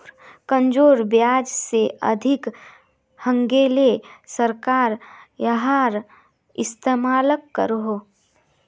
कर्जेर ब्याज से अधिक हैन्गेले सरकार याहार इस्तेमाल करोह